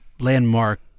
landmark